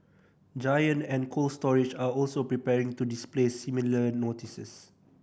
giant and Cold Storage are also preparing to display similar notices